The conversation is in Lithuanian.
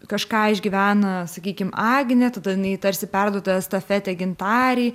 kažką išgyvena sakykim agnė tada jinai tarsi perduoda estafetę gintarei